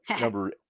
Number